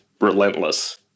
relentless